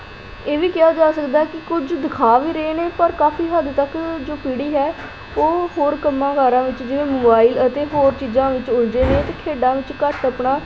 ਇਹ ਵੀ ਕਿਹਾ ਜਾ ਸਕਦਾ ਕਿ ਕੁਝ ਦਿਖਾ ਵੀ ਰਹੇ ਨੇ ਪਰ ਕਾਫੀ ਹੱਦ ਤੱਕ ਜੋ ਪੀੜ੍ਹੀ ਹੈ ਉਹ ਹੋਰ ਕੰਮਾਂ ਕਾਰਾਂ ਵਿੱਚ ਜਿਵੇਂ ਮੋਬਾਈਲ ਅਤੇ ਹੋਰ ਚੀਜ਼ਾਂ ਵਿੱਚ ਉਲਝੇ ਨੇ ਅਤੇ ਖੇਡਾਂ ਵਿੱਚ ਘੱਟ ਆਪਣਾ